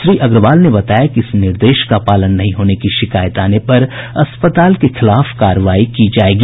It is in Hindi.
श्री अग्रवाल ने बताया कि इस निर्देश का पालन नहीं होने की शिकायत आने पर अस्पताल के खिलाफ कार्रवाई की जायेगी